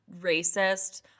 racist